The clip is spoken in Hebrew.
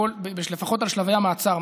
לפחות על שלבי המעצר,